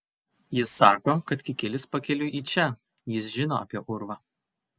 jis sako kad kikilis pakeliui į čia jis žino apie urvą